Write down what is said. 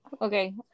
Okay